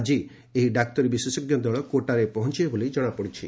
ଆଜି ଏହି ଡାକ୍ତରୀ ବିଶେଷଜ୍ଞ ଦଳ କୋଟାରେ ପହଞ୍ଚୁବେ ବୋଲି ଜଣାଯାଇଛି